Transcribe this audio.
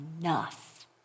enough